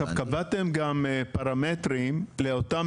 קבעתם גם פרמטרים לאותם